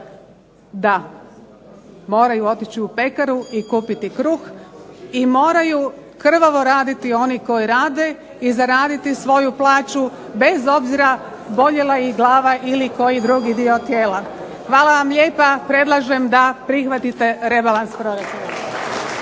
moraju otići u pekaru i kupiti kruh i moraju krvavo raditi oni koji rade i zaraditi svoju plaću bez obzira boljela ih glava ili koji drugi dio tijela. Hvala vam lijepa. Predlažem da prihvatite rebalans proračuna.